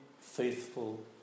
faithful